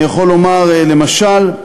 אני יכול לומר, למשל,